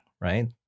right